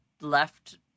left